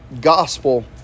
gospel